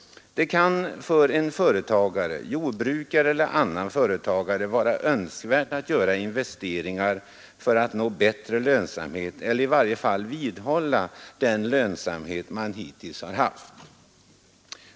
Det kan för en företagare — jordbrukare eller annan — vara önskvärt att göra investeringar för att nå bättre lönsamhet eller i varje fall upprätthålla hittillsvarande lönsamhet.